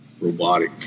Robotic